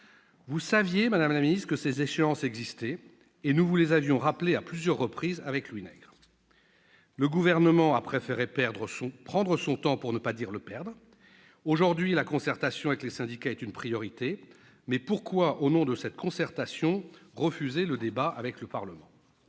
Vous saviez, madame la ministre, que ces échéances existaient ; Louis Nègre et moi-même vous les avions rappelées à plusieurs reprises. Le Gouvernement a préféré prendre son temps, pour ne pas dire le perdre. Aujourd'hui, la concertation avec les syndicats est une priorité, mais pourquoi, au nom de cette concertation, refuser le débat avec le Parlement ?